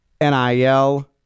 NIL